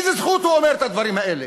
באיזו זכות הוא אומר את הדברים האלה,